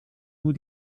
nur